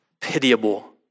pitiable